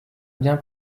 bien